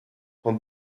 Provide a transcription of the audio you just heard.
von